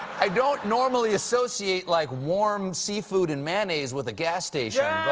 i don't normally associate like warm seafood and mayonnaise with a gas station.